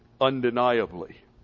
undeniably